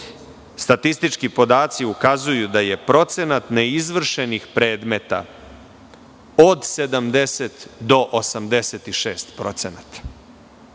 Statistički podaci ukazuju da je procenat neizvršenih predmeta od 70% do 86%.Pri